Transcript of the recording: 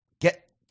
get